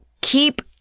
keep